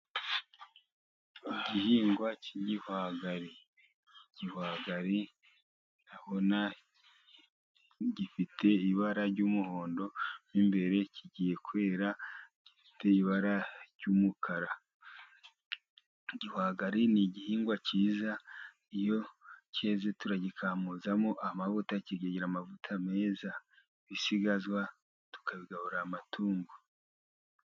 Igihingwa cy'igihwagari, igihwagari ndabona gifite ibara ry'umuhondo. Mo imbere kigiye kwera. Gifite ibara ry'umukara. Igihwagari ni igihingwa cyiza, iyo cyeze tugikamuzamo amavuta. Kigira amavuta meza. Ibisigazwa tukabigaburira amatungo.